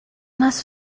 más